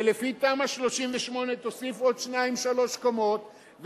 ולפי תמ"א 38 תוסיף עוד שתיים-שלוש קומות,